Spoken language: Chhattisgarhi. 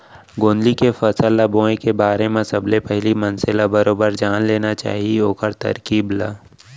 गोंदली के फसल ल बोए के बारे म सबले पहिली मनसे ल बरोबर जान लेना चाही ओखर तरकीब ल